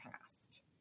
past